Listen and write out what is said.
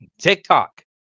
TikTok